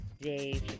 Dave